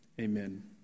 amen